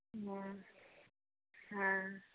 हँ हँ